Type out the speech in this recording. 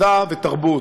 מדע ותרבות,